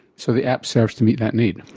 so the app serves to meet that need.